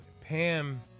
pam